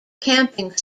camping